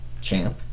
champ